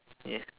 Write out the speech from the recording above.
ya